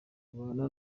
babana